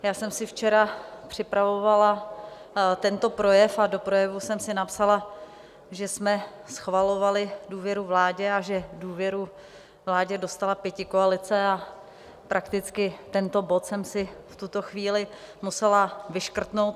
Já jsem si včera připravovala tento projev a do projevu jsem si napsala, že jsme schvalovali důvěru vládě a že důvěru vládě dostala pětikoalice a prakticky tento bod jsem si v tuto chvíli musela vyškrtnout.